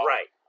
Right